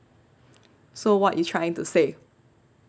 so what you trying to say